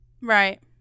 Right